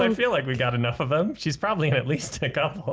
um feel like we got enough of them. she's probably and at least a couple